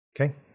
Okay